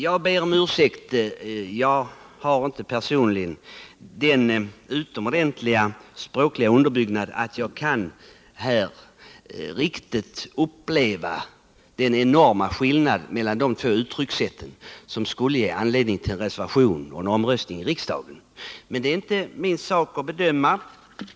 Jag ber om ursäkt, men personligen har jag inte den utomordentliga språkliga underbyggnaden att jag riktigt kan uppleva den enorma skillnad mellan de två uttryckssätten som skulle ge anledning till en reservation och en omröstning i riksdagen. Men det är inte min sak att bedöma det.